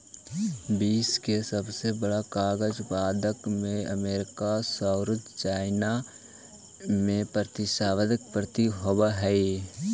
विश्व के सबसे बड़ा कागज उत्पादक में अमेरिका औउर चाइना में प्रतिस्पर्धा प्रतीत होवऽ हई